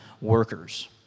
workers